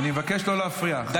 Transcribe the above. אני מבקש לא להפריע, חברים.